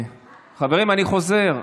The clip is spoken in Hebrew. חברים, אני חוזר: